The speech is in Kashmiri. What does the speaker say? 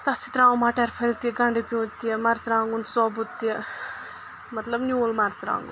تتھ چھِ ترٛاوُن مَٹَر پھٔلۍ تہِ گنٛڈٕ پیوٗنٛت تہِ مَرژٕرٛانٛگُن سوبُد تہِ مطلب نیوٗل مَرژٕرٛانٛگُن